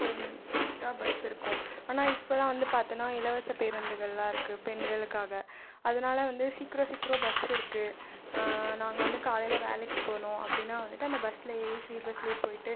ஒரு நிம் தா பஸ்ஸிருக்கும் ஆனா இப்பலாம் வந்து பார்த்தனா இலவச பேருந்துகள்லாயிருக்கு பெண்களுக்காக அதனால வந்து சீக்கிரம் சீக்கிரம் பஸ்ஸிருக்கு நாங்கள் வந்து காலையில் வேலைக்கு போகணும் அப்படினா வந்துட்டு அந்த பஸ்ஸில் ஏறி ஃப்ரீ பஸ்ஸிலேயே போய்ட்டு